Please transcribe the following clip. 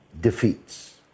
defeats